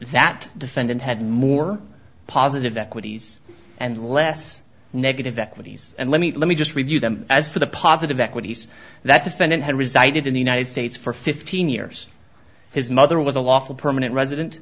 that defendant had more positive equities and less negative equities and let me let me just review them as for the positive equities that defendant had resided in the united states for fifteen years his mother was a lawful permanent resident